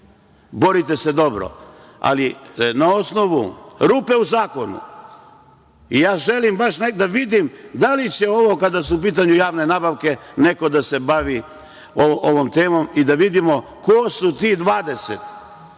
borite se dobro, ali na osnovu rupe u zakonu, želim baš da vidim da li će ovo, kada su u pitanju javne nabavke, neko da se bavi ovom temom i da vidimo ko su tih 20